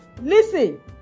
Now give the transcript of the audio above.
Listen